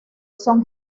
son